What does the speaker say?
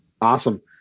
Awesome